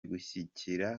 gushyigikira